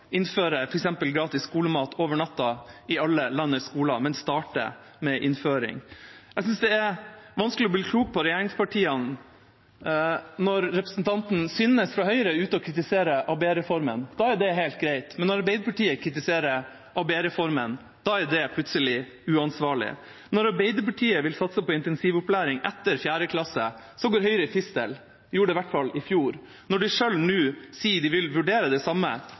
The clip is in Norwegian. bli klok på regjeringspartiene. Når representanten Synnes Emblemsvåg fra Høyre er ute og kritiserer ABE-reformen, er det helt greit, men når Arbeiderpartiet kritiserer ABE-reformen, er det plutselig uansvarlig. Når Arbeiderpartiet vil satse på intensivopplæring etter 4. klasse, går Høyre i fistel – de gjorde det i hvert fall i fjor. Når de selv nå sier de vil vurdere det samme,